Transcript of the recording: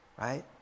right